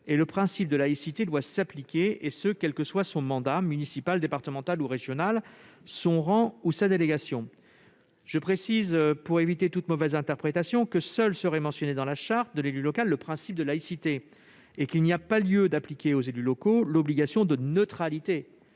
et le principe de laïcité doit s'appliquer, quel que soit son mandat- municipal, départemental ou régional -, son rang ou sa délégation. Je précise, pour éviter toute mauvaise interprétation, que serait seul mentionné dans la Charte de l'élu local le principe de laïcité. Il n'y a pas lieu d'appliquer aux élus locaux l'obligation de neutralité,